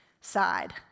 side